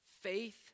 faith